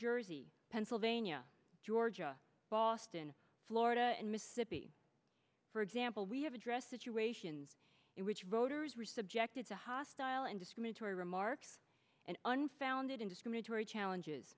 jersey pennsylvania georgia boston florida and mississippi for example we have addressed situations in which voters were subjected to hostile and discriminatory remarks and unfounded in discriminatory challenges